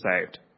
saved